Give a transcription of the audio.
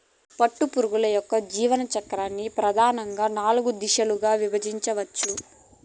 పట్టుపురుగు యొక్క జీవిత చక్రాన్ని ప్రధానంగా నాలుగు దశలుగా విభజించవచ్చు